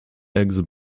eggs